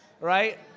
right